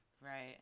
Right